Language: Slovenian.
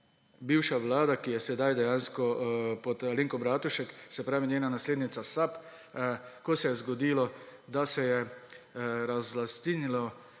bivši vladi, ki je sedaj dejansko pod Alenko Bratušek, se pravi njena naslednica SAB, ko se je zgodilo, da se je dejansko